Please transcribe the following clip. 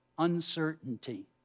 uncertainty